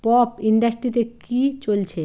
pop ইন্ডাস্ট্রিতে কী চলছে